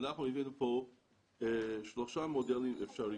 אנחנו הבאנו לפה שלושה מודלים אפשריים.